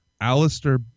Alistair